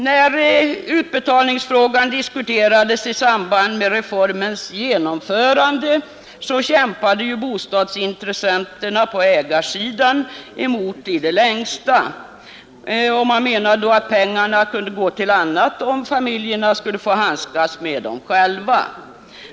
När utbetalningsfrågan diskuterades i samband med reformens genomförande kämpade ju bostadsintressenterna på ägarsidan emot i det längsta, och man menade då att pengarna kunde gå till annat om familjerna skulle få handskas med dem själva.